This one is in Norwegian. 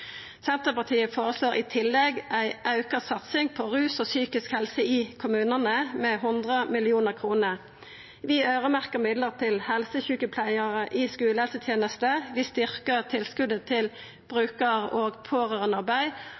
Senterpartiet føreslår i tillegg ei auka satsing på rus og psykisk helse i kommunane med 100 mill. kr. Vi øyremerkjer midlar til helsesjukepleiarar i skulehelseteneste. Vi styrkjer tilskotet til brukar- og